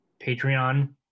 Patreon